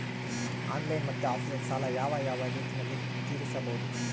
Online ಮತ್ತೆ offline ಸಾಲ ಯಾವ ಯಾವ ರೇತಿನಲ್ಲಿ ತೇರಿಸಬಹುದು?